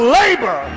labor